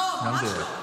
לא, ממש לא.